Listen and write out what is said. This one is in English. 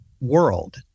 world